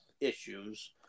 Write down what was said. issues